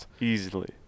easily